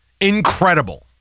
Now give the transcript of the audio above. incredible